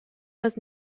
was